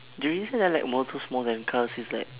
the reason I like motors more than cars is like